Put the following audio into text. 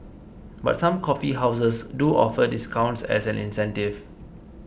but some coffee houses do offer discounts as an incentive